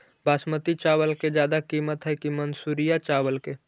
बासमती चावल के ज्यादा किमत है कि मनसुरिया चावल के?